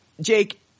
Jake –